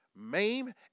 maim